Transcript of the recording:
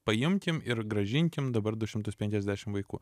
paimkim ir grąžinkim dabar du šimtus penkiasdešim vaikų